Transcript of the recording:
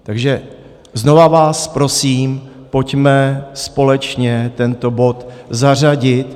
Takže znovu vás prosím, pojďme společně tento bod zařadit.